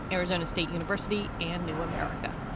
arizona state university and new america.